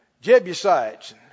Jebusites